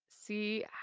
see